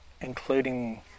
including